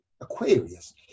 Aquarius